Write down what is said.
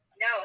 No